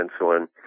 insulin